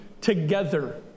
together